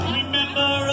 Remember